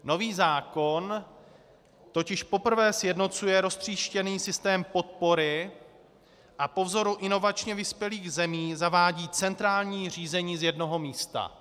Nový zákon totiž poprvé sjednocuje roztříštěný systém podpory a po vzoru inovačně vyspělých zemí zavádí centrální řízení z jednoho místa.